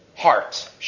heart